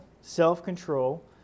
self-control